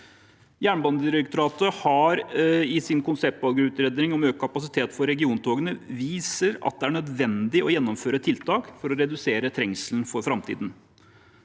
Jernbanedirektoratet har i sin konseptvalgutredning om økt kapasitet for regiontogene vist til at det er nødvendig å gjennomføre tiltak for å redusere trengselen for framtiden.